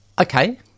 Okay